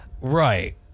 Right